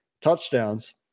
touchdowns